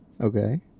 Okay